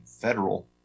federal